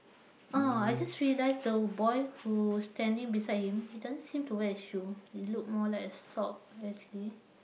ah I just realise the boy who standing beside him he doesn't seem to wear his shoe he look more like sock actually